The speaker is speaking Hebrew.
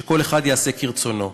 שכל אחד יעשה כרצונו.